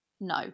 No